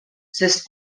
sest